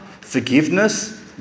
forgiveness